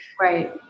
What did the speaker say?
right